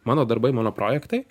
mano darbai mano projektai